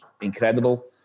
incredible